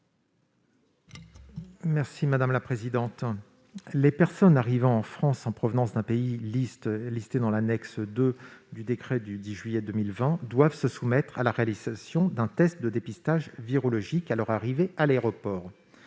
M. Olivier Cadic. Les personnes arrivant en France en provenance d'un pays énuméré dans l'annexe II du décret du 10 juillet 2020 doivent se soumettre à la réalisation d'un test de dépistage virologique à leur arrivée à l'aéroport,